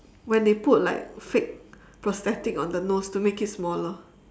when they put like fake prosthetic on the nose to make it smaller